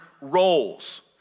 roles